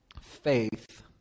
faith